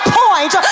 point